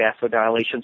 vasodilation